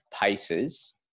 paces